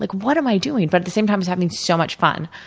like what am i doing? but, at the same time, having so much fun.